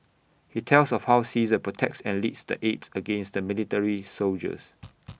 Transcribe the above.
he tells of how Caesar protects and leads the apes against the military soldiers